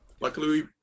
luckily